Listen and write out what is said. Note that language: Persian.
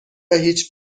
هیچ